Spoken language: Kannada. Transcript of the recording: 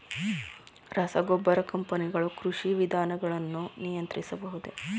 ರಸಗೊಬ್ಬರ ಕಂಪನಿಗಳು ಕೃಷಿ ವಿಧಾನಗಳನ್ನು ನಿಯಂತ್ರಿಸಬಹುದೇ?